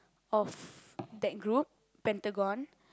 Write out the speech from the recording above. of that group Pentagon